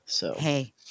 Hey